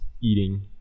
eating